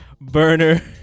burner